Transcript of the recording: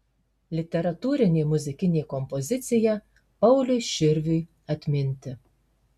literatūrinė muzikinė kompozicija pauliui širviui atminti